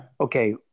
Okay